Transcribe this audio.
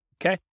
Okay